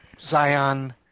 Zion